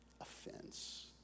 Offense